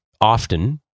often